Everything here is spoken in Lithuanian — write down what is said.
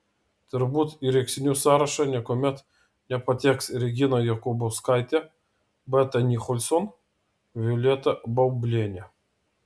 turbūt į rėksnių sąrašą niekuomet nepateks regina jokubauskaitė beata nicholson violeta baublienė